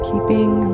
Keeping